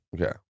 Okay